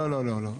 לא, לא, לא.